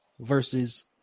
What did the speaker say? versus